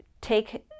take